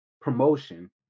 promotion